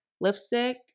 lipstick